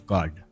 God